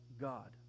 God